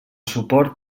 suport